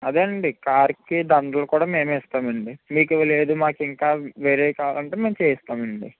అదేనండి కార్కి దండలు కూడా మేమే ఇస్తామండి మీకు లేదు మాకు ఇంకా వేరే కావాలి అంటే మేము చేయిస్తామండి